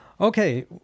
Okay